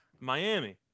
Miami